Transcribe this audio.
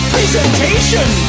Presentation